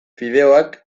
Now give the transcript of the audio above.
fideoak